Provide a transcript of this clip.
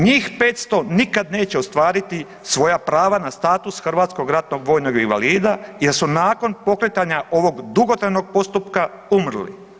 Njih 500 nikad neće ostvariti svoja prava na status hrvatskog ratnog vojnog invalida jer su nakon pokretanja ovog dugotrajnog postupka umrli.